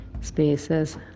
spaces